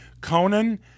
Conan